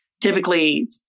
typically